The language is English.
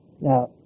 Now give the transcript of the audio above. Now